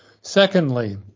Secondly